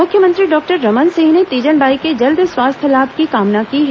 मुख्यमंत्री डॉक्टर रमन सिंह ने तीजन बाई के जल्द स्वास्थ्य लाभ की कामना की है